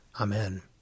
Amen